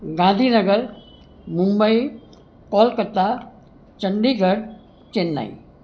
Gandhinagar Mumbai Kolkata Chandigarh Chennai